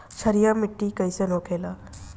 क्षारीय मिट्टी कइसन होखेला?